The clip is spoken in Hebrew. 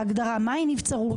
מה ההגדרה מהי נבצרות?